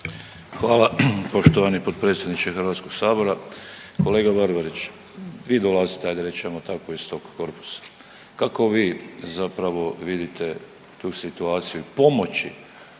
Hvala poštovani potpredsjedniče HS. Kolega Barbarić, vi dolazite ajde reći ćemo tako iz tog korpusa, kako vi zapravo vidite tu situaciju pomoći